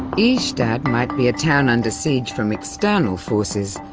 ystad might be a town under siege from external forces,